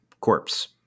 corpse